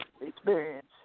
experience